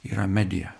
yra medija